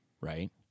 right